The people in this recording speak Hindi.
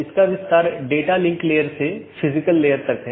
इसलिए उन्हें सीधे जुड़े होने की आवश्यकता नहीं है